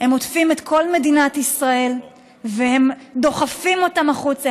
הם עוטפים את כל מדינת ישראל והם דוחפים אותם החוצה.